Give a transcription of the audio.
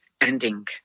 ending